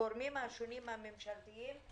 הגורמים השונים הממשלתיים.